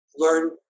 learn